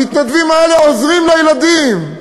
המתנדבים האלה עוזרים לילדים,